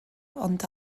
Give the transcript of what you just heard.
ond